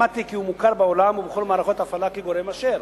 למדתי כי הוא מוכר בעולם ובכל מערכות ההפעלה כגורם מאשר.